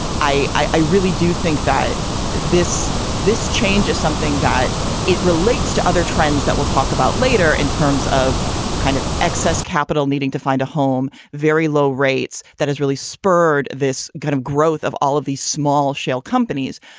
i i really do think that this this change is something that it relates to other trends that we'll talk about later in terms of the kind of excess capital needing to find a home. very low rates. that has really spurred this kind of growth of all of these small shale companies.